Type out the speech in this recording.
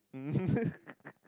mm